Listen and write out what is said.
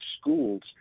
schools